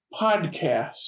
podcast